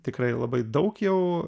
tikrai labai daug jau